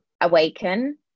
awaken